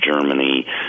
Germany